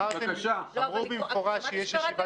אמרו במפורש שיש ישיבת סיעה ב-14:00.